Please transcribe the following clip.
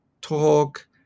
talk